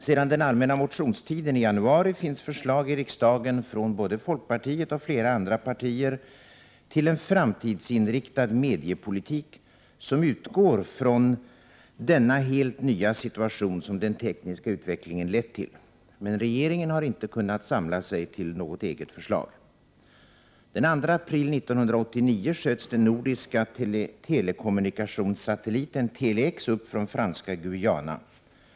Sedan den allmänna motionstiden i januari finns förslag i riksdagen från både folkpartiet och flera andra partier till en framtidsinriktad mediepolitik, som utgår från den helt nya situation som den tekniska utvecklingen lett till. Men regeringen har inte kunnat samla sig till något eget förslag. Den 2 april 1989 sköts den nordiska telekommunikationssatelliten Tele-X upp från Franska Guyana.